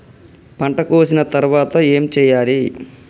పంట కోసిన తర్వాత ఏం చెయ్యాలి?